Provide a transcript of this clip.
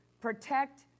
protect